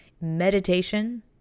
Meditation